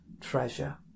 treasure